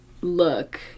look